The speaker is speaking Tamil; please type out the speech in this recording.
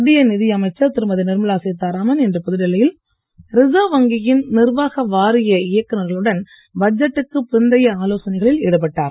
மத்திய நிதி அமைச்சர் திருமதி நிர்மலா சீதாராமன் இன்று புதுடில்லியில் ரிசர்வ் வங்கியின் நிர்வாக வாரிய இயக்குநர்களுடன் பட்ஜெட்டுக்கு பிந்தைய ஆலோசனைகளில் ஈடுபட்டார்